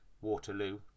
Waterloo